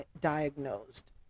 diagnosed